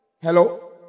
Hello